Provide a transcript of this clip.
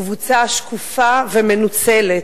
קבוצה שקופה ומנוצלת,